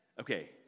Okay